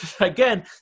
again